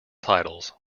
titles